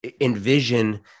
envision